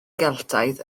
geltaidd